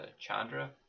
Chandra